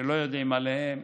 שלא יודעים עליהם,